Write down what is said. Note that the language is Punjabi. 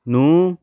ਨੂੰ